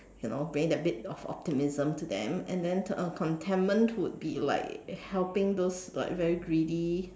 you know being that bit of optimism to them and then uh contentment would be like helping those like very greedy